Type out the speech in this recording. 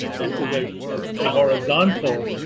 is ah ah a horizontal